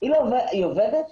היא עובדת.